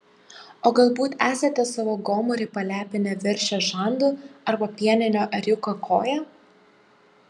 o galbūt esate savo gomurį palepinę veršio žandu arba pieninio ėriuko koja